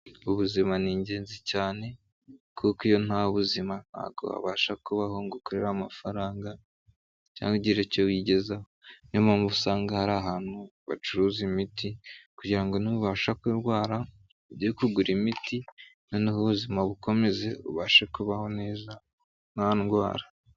Ubuzima ni ingenzi cyane kuko iyo nta buzima ntago wabasha kubaho ngo ukorere amafaranga, cyangwa ugire icyo wigezaho. Niyo mpamvu usanga hari ahantu bacuruza imiti kugira ngo nubasha kurwara ujye kugura imiti, noneho ubuzima bukomeze ubashe kubaho neza nta ndwara.